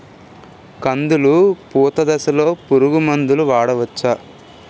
కందులు పూత దశలో పురుగు మందులు వాడవచ్చా?